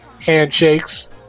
Handshakes